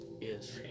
yes